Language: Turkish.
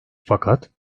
fakat